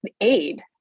aid